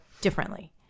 differently